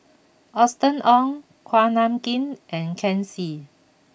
Austen Ong Kuak Nam Jin and Ken Seet